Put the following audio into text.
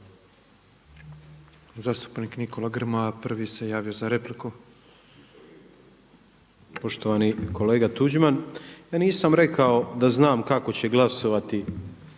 Zastupnik Nikola Grmoja prvi se javio za repliku. **Grmoja, Nikola (MOST)** Poštovani kolega Tuđman, ja nisam rekao da znam kako će glasovati